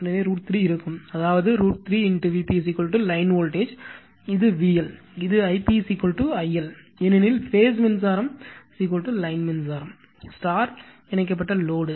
எனவே √ 3 இருக்கும் அதாவது √ 3 Vp லைன் வோல்டேஜ் இது VL இது Ip I L ஏனெனில் பேஸ் மின்சாரம் லைன் மின்சாரம் ஸ்டார் ஸ்டார் இணைக்கப்பட்ட லோடு